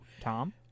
Tom